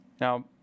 Now